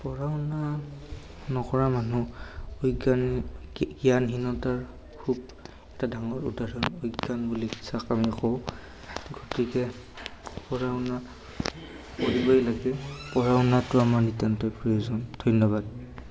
পঢ়া শুনা নকৰা মানুহ অজ্ঞান জ্ঞানহীনতাৰ খুব এটা ডাঙৰ উদাহৰণ অজ্ঞান বুলি যাক আমি কওঁ গতিকে পঢ়া শুনা কৰিবৈ লাগে পঢ়া শুনাটো আমাৰ নিত্যান্তই প্ৰয়োজন ধন্যবাদ